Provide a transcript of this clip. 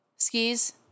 skis